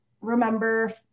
remember